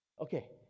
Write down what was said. okay